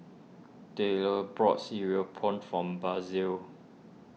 Tylor brought Cereal Prawns form Basil